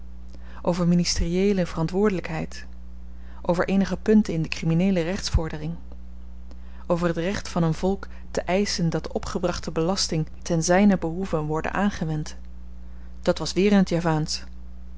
over ministerieele verantwoordelykheid over eenige punten in de krimineele rechtsvordering over het recht van een volk te eischen dat de opgebrachte belasting ten zynen behoeve worde aangewend dat was weer in t javaansch